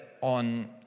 on